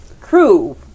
Crew